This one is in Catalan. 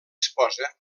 esposa